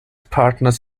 partners